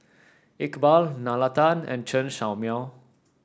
Iqbal Nalla Tan and Chen Show Mao